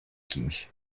kimś